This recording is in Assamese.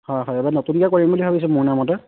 হয় হয় এইবাৰ নতুনকৈ কৰিম বুলি ভাবিছো মোৰ নামতে